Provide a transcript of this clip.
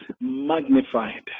magnified